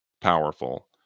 powerful